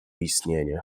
istnienie